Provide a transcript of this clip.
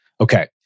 okay